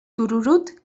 tururut